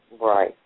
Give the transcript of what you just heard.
Right